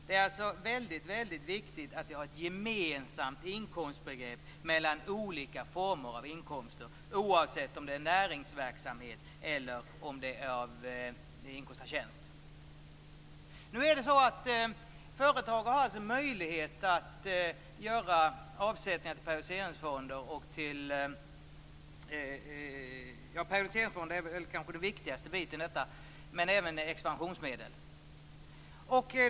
Det är alltså väldigt viktigt att vi har ett gemensamt inkomstbegrepp mellan olika former av inkomster oavsett om det är näringsverksamhet eller inkomst av tjänst. Företag har möjlighet att göra avsättningar till periodiseringsfonder, som väl är det viktigaste, men även till expansionsmedel.